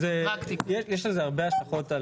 יש לזה הרבה השלכות.